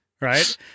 Right